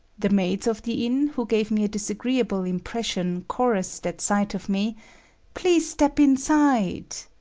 the maids of the inn, who gave me a disagreeable impression, chorused at sight of me please step inside.